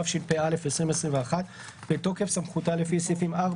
התשפ"א - 2021 בתוקף סמכותה לפי סעיפים 4,